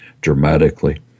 dramatically